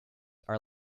are